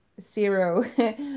zero